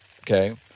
okay